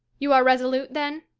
you are resolute, then?